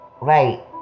Right